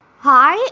Hi